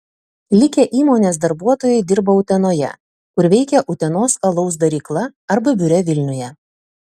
likę įmonės darbuotojai dirba utenoje kur veikia utenos alaus darykla arba biure vilniuje